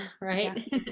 Right